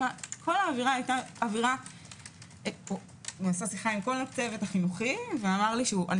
הוא עשה שיחה עם כל הצוות החינוכי ואמר שאני